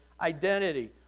identity